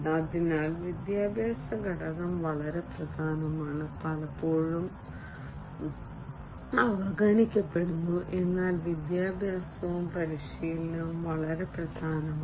അതിനാൽ വിദ്യാഭ്യാസ ഘടകം വളരെ പ്രധാനമാണ് പലപ്പോഴും അവഗണിക്കപ്പെടുന്നു എന്നാൽ വിദ്യാഭ്യാസവും പരിശീലനവും വളരെ പ്രധാനമാണ്